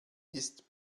ist